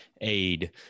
aid